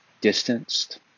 distanced